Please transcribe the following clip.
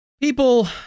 People